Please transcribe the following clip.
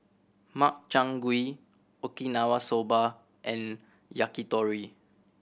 Makchang Gui Okinawa Soba and Yakitori